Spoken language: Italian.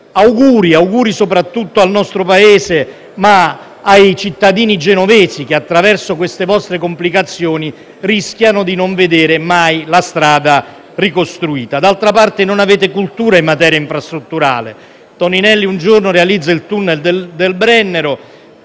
auguri, auguri al nostro Paese, ma soprattutto ai cittadini genovesi che, attraverso queste vostre complicazioni, rischiano di non vedere mai la strada ricostruita. D’altra parte, non avete cultura in materia infrastrutturale: Toninelli un giorno realizza il tunnel del Brennero;